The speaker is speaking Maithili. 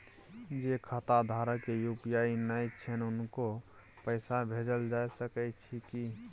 जे खाता धारक के यु.पी.आई नय छैन हुनको पैसा भेजल जा सकै छी कि?